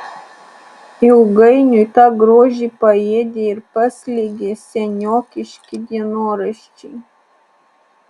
ilgainiui tą grožį paėdė ir paslėgė seniokiški dienoraščiai